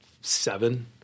seven